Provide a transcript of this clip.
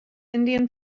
indian